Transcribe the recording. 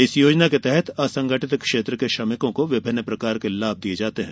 इस योजना के तहत असंगठित क्षेत्र के श्रमिकों को विभिन्न प्रकार के लाभ दिये जाते हैं